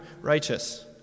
righteous